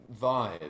vibe